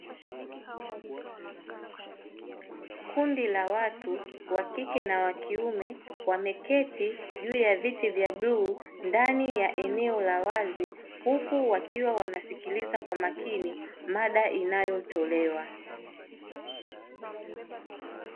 Kundi la watu wakike na wakiume wameketi juu ya viti vya bluu ndani ya eneo la wazi, huku wakiwa wanasikiliza kwa makini mada inayotolewa.